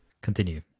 Continue